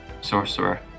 sorcerer